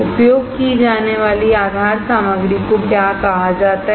उपयोग की जाने वाली आधार सामग्री को क्या कहा जाता है